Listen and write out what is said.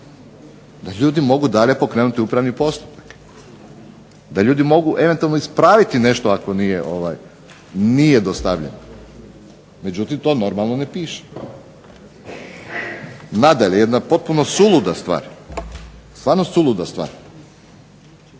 Da ljudi mogu dalje pokrenuti upravni postupak. Da ljudi mogu eventualno ispraviti nešto ako nije dostavljeno. Međutim, to normalno ne piše. Nadalje, jedna potpuno suluda stvar, stvarno suluda stvar.